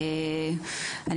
תודה עבור ההזדמנות.